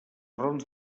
raons